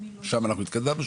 שם התקדמנו,